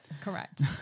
correct